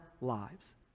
lives